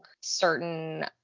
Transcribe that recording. certain